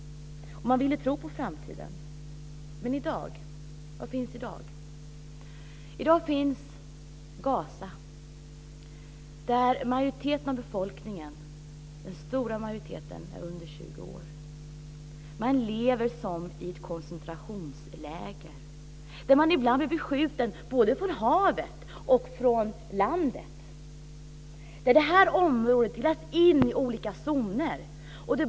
Man ville tro på framtiden. Men vad finns i dag? I dag finns Gaza där den stora majoriteten av befolkningen är under 20 år. Man lever som i ett koncetrationsläger. Ibland blir man beskjuten både från havet och från land. Det här området delas in i olika zoner.